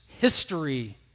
history